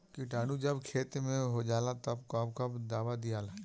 किटानु जब खेत मे होजाला तब कब कब दावा दिया?